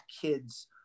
kids